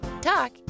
talk